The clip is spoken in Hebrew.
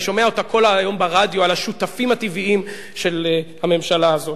אני שומע אותה כל היום ברדיו על השותפים הטבעיים של הממשלה הזאת,